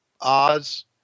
Oz